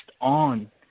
on